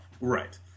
Right